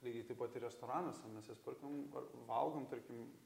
lygiai taip pat ir restoranuose mes juos perkam ar valgom tarkim